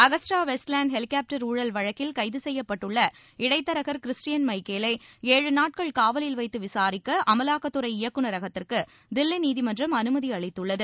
Agusta Westland helicopter ஊழல் வழக்கில் கைது செய்யப்பட்டுள்ள இடைத்தரகர் கிறிஸ்டியன் எமக்கேலை ஏழு நாட்கள் காவலில் வைத்து விசாரிக்க அமலாக்கத்துறை இயக்குநரகத்திற்கு தில்லி நீதிமன்றம் அனுமதி அளித்துள்ளது